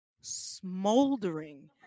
smoldering